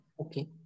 okay